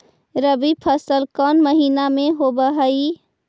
रबी फसल कोन महिना में होब हई?